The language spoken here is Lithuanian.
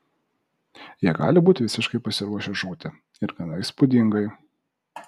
jie gali būti visiškai pasiruošę žūti ir gana įspūdingai